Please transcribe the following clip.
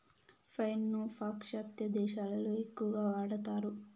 wine ను పాశ్చాత్య దేశాలలో ఎక్కువగా వాడతారు